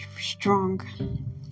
strong